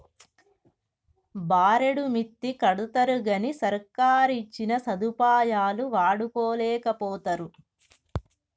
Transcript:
బారెడు మిత్తికడ్తరుగని సర్కారిచ్చిన సదుపాయాలు వాడుకోలేకపోతరు